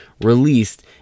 released